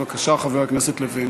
בבקשה, חבר הכנסת לוין.